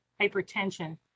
hypertension